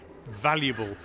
valuable